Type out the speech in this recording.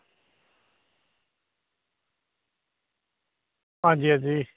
हां जी हां जी